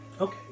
Okay